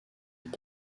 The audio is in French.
hip